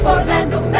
Orlando